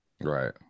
right